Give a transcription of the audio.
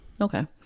Okay